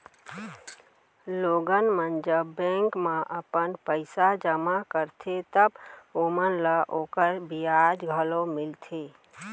लोगन मन जब बेंक म अपन पइसा जमा करथे तव ओमन ल ओकर बियाज घलौ मिलथे